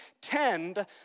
tend